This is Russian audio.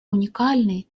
уникальный